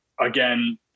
again